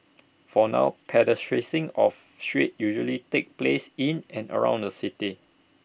for now pedestrian sing of streets usually takes place in and around the city